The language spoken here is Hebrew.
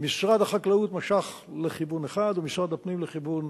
משרד החקלאות משך לכיוון אחד ומשרד הפנים לכיוון